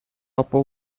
upper